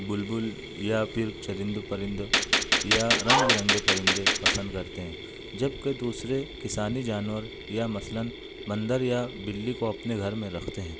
بلبل یا پھر چرند پرند یا رنگ برنگے پرندے پسند کرتے ہیں جبکہ دوسرے کسانی جانور یا مثلآٓ بندر یا بلی کو اپنے گھر میں رکھتے ہیں